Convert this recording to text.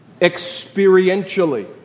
experientially